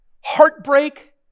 heartbreak